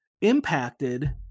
impacted